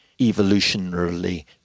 evolutionarily